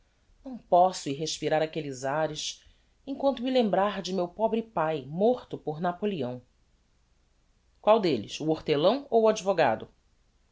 não posso ir respirar aquelles ares emquanto me lembrar de meu pobre pae morto por napoleão qual delles o hortelão ou o advogado